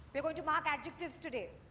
we are going to mark adjectives today.